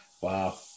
wow